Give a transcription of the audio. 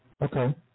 okay